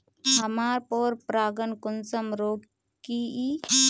हमार पोरपरागण कुंसम रोकीई?